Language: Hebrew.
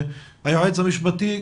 היועץ המשפטי,